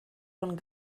von